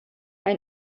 hij